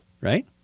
right